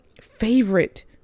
favorite